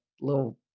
little